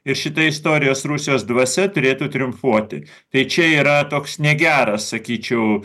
ir šita istorijos rusijos dvasia turėtų triumfuoti tai čia yra toks negeras sakyčiau